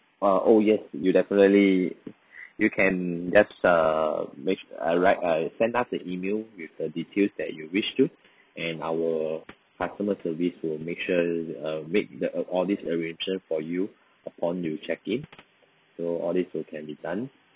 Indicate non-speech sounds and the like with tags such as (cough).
ah oh yes you definitely (breath) you can just uh make uh write err send us the email with the details that you wish to and our customer service will make sure uh make the all all this arrangement for you upon you check-in so all these will can be done